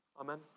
Amen